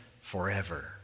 forever